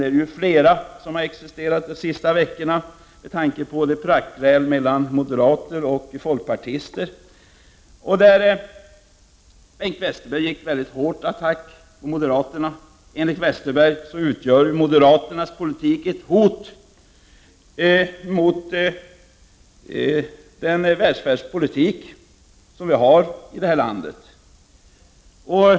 Det har ju funnits flera sådana de senaste veckorna. Jag tänker på praktgrälet mellan moderaterna och folkpartisterna. Bengt Westerberg gick till hård attack mot moderaterna. Enligt Westerberg utgör moderaternas politik ett hot mot den välfärdspolitik som vi har här i landet.